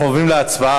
אנחנו עוברים להצבעה.